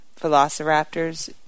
velociraptors